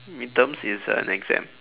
midterms is an exam